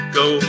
go